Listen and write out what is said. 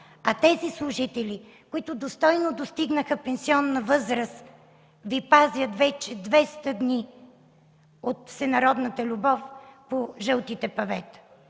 А тези служители, които достойно достигнаха пенсионна възраст, Ви пазят вече 200 дни от всенародната любов по жълтите павета.